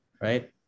right